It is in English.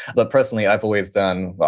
but personally, i've always done well.